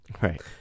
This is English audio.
Right